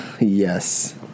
Yes